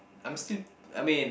I'm still I mean